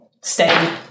stay